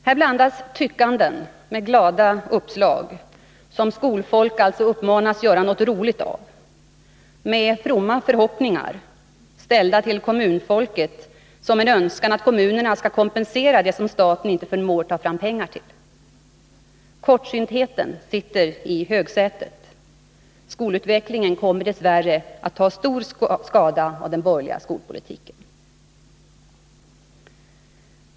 Här blandas tyckanden och glada uppslag, som skolfolk uppmanas göra något roligt av, med fromma förhoppningar till kommunfolket om att kommunen skall kompensera det som staten inte förmår ta fram pengar till. Kortsyntheten sitter i högsätet. Skolutvecklingen kommer dess värre att ta stor skada av den borgerliga skolpolitiken.